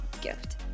gift